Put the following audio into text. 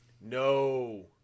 No